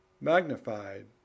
magnified